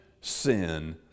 Sin